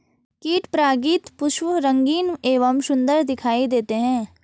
कीट परागित पुष्प रंगीन एवं सुन्दर दिखाई देते हैं